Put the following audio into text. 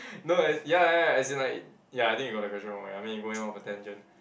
no as ya ya ya as in like ya I think you got the question wrong already I mean you going off a tangent